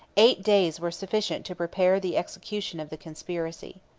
eight days were sufficient to prepare the execution of the conspiracy.